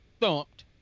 thumped